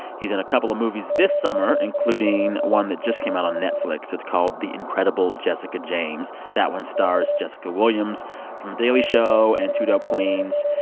he's in a couple of movies this summer, including one that just came out on netflix. it's called the incredible jessica james. that one stars jessica williams from the daily show and two dope queens.